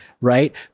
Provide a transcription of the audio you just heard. right